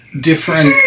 Different